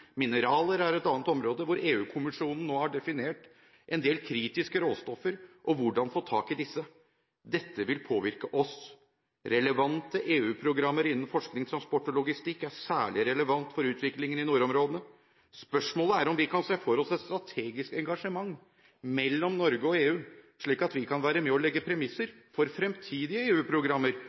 Mineraler er et annet område, hvor EU-kommisjonen nå har definert en del kritiske råstoffer – og hvordan få tak i disse. Dette vil påvirke oss. Relevante EU-programmer innen forskning, transport og logistikk er særlig relevant for utviklingen i nordområdene. Spørsmålet er om vi kan se for oss et strategisk engasjement mellom Norge og EU, slik at vi kan være med å legge premisser for fremtidige